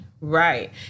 Right